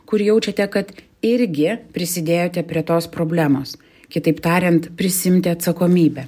kur jaučiate kad irgi prisidėjote prie tos problemos kitaip tariant prisiimti atsakomybę